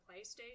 PlayStation